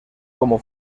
como